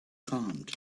calmed